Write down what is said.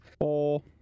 Four